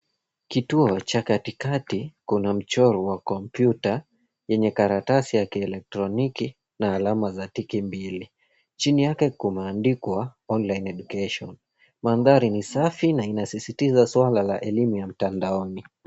Kituo cha katikati kuna mchoro wa kompyuta yenye karatasi ya kielektroniki na alama za tiki mbili. Chini yake kumeandikwa online education . Mandhari ni safi na inasisitiza suala la elimu ya mtandaoni.